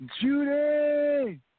Judy